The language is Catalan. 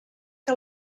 que